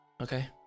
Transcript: Okay